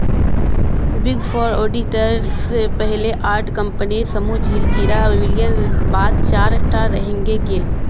big four auditors पहले आठ कम्पनीर समूह छिल जेरा विलयर बाद चार टा रहेंग गेल